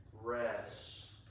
Rest